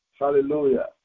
hallelujah